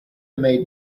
made